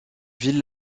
ville